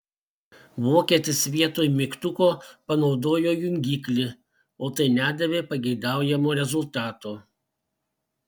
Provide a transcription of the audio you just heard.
vokietis vietoj mygtuko panaudojo jungiklį o tai nedavė pageidaujamo rezultato